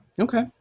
Okay